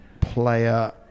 player